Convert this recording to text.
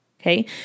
okay